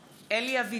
(קוראת בשמות חברי הכנסת) אלי אבידר,